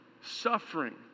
suffering